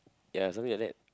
ya something like that